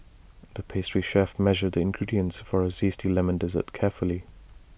the pastry chef measured the ingredients for A Zesty Lemon Dessert carefully